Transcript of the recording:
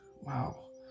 Wow